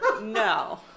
No